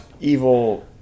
evil